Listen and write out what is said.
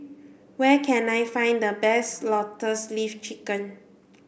where can I find the best lotus leaf chicken